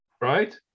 right